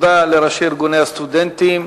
תודה לראשי ארגוני הסטודנטים.